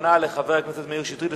אחרונה לחבר הכנסת מאיר שטרית.